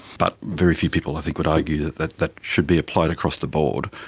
but very few people i think would argue that that should be applied across the board.